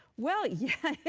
well, yeah.